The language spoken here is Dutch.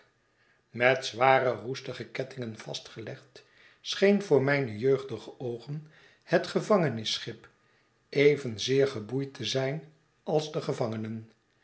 met zware roestige kettingen vastgelegd scheen voor mijne jeugdige oogen het gevangenis schip evenzeer geboeid te zijn als de gevangenen